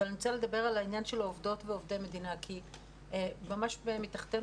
אבל אני רוצה לדבר על העניין של העובדות ועובדי המדינה כי ממש מתחתינו,